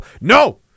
No